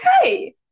okay